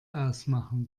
ausmachen